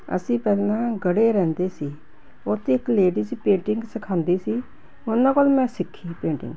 ਅਸੀਂ ਪਹਿਲਾਂ ਗੜੇ ਰਹਿੰਦੇ ਸੀ ਉੱਥੇ ਇੱਕ ਲੇਡੀਜ ਪੇਟਿੰਗ ਸਿਖਾਉਂਦੀ ਸੀ ਉਹਨਾਂ ਵੱਲ ਮੈਂ ਸਿੱਖੀ ਪੇਟਿੰਗ